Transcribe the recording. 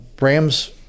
Rams